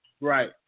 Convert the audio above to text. Right